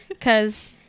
Cause